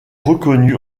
reconnu